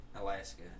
Alaska